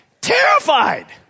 Terrified